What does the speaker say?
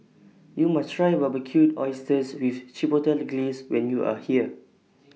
YOU must Try Barbecued Oysters with Chipotle Glaze when YOU Are here